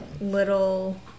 little